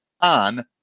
On